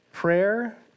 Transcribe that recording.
Prayer